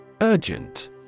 Urgent